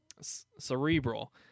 cerebral